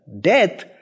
death